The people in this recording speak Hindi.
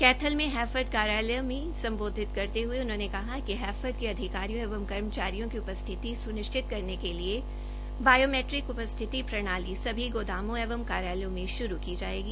कैथल में हैफेड कार्यालय में सम्बोधित करते हये उन्होंने कहा कि हैफेड के अधिकारियों एवं कर्मचारियों की उपस्थिति सुनिश्चित करने के बायोमैट्टिक उपस्थिति प्रणाली सभी गोदामों एवं कार्यालयों में शुरू की जाएगी